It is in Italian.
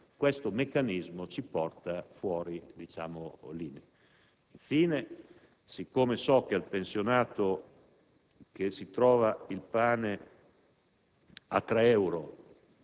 perché nel sistema questo meccanismo ci porta fuori limite. Infine, siccome so che al pensionato che si trova il pane